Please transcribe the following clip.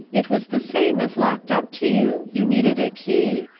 it was the same as locked up to you, you needed a key,